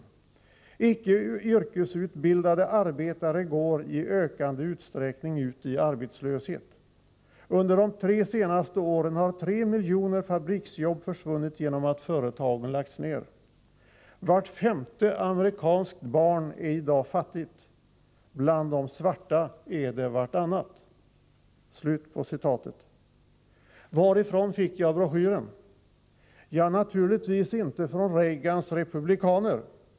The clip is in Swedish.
Oo Icke yrkesutbildade arbetare går i ökande utsträckning ut i arbetslöshet. Under de tre senaste åren har 3 miljoner fabriksjobb försvunnit genom att företagen lagts ned. Oo Vart femte amerikanskt barn är i dag fattigt. Bland de svarta är det vartannat.” Varifrån fick jag broschyren? Ja, naturligtvis inte från Reagans republikaner.